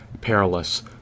perilous